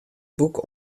boek